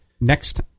next